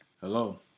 hello